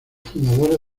fundadores